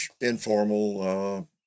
informal